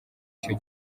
cyo